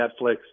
Netflix